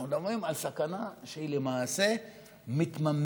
אנחנו מדברים על סכנה שהיא למעשה מתממשת,